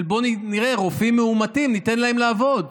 רופאים מאומתים, ניתן להם לעבוד.